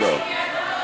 כבר סיכם.